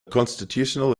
constitutional